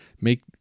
Make